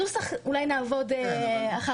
על הנוסח אולי נעבוד אחר כך.